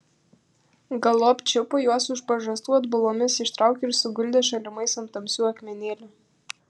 galop čiupo juos už pažastų atbulomis ištraukė ir suguldė šalimais ant tamsių akmenėlių